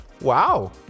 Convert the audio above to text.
Wow